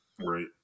Right